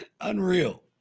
Unreal